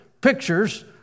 pictures